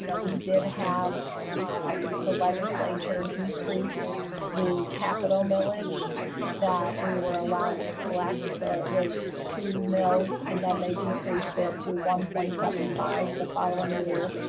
we did have um the legislature decreased the capital millage that we were allowed to collect. so it was two mills and then they decreased it to one point seven five the following year,